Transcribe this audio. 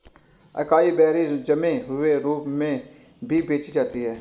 acai berries जमे हुए रूप में भी बेची जाती हैं